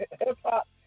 hip-hop